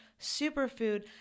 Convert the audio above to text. superfood